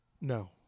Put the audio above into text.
No